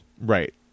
Right